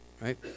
Right